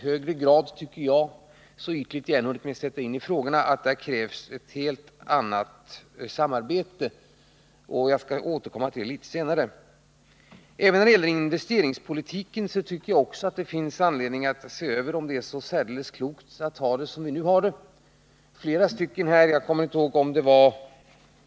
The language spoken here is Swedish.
Där tycker jag, så långt jag hunnit sätta mig in i frågorna, att det kanske krävs ett helt annat samarbete än hittills. Jag skall återkomma till den frågan litet senare. Även när det gäller investeringspolitiken finns det anledning att fundera över om det är särdeles klokt att ha det som vi nu har det.